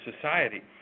society